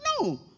No